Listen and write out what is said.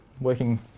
working